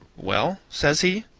well? says he.